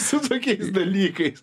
su tokiais dalykais